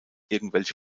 irgendwelche